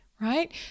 Right